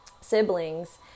siblings